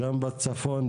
גם בצפון,